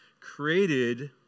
created